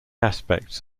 aspects